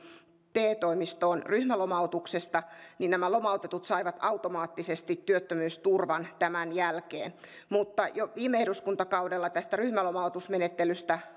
te toimistoon ryhmälomautuksesta niin nämä lomautetut saivat automaattisesti työttömyysturvan tämän jälkeen mutta jo viime eduskuntakaudella tästä ryhmälomautusmenettelystä